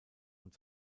und